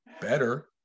better